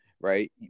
right